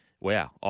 wow